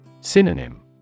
Synonym